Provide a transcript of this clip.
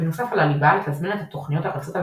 בנוסף על הליבה לתזמן את התוכניות הרצות על